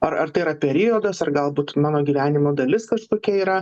ar ar tai yra periodas ar gal būt mano gyvenimo dalis kažkokia yra